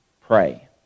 pray